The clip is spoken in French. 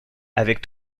avec